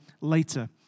later